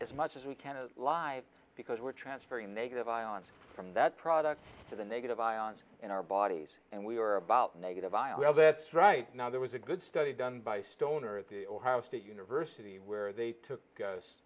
as much as we can live because we're transferring negative ions from that product to the negative ions in our bodies and we are about negative i r that's right now there was a good study done by stoner at the ohio state university where they took ghos